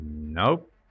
Nope